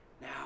Now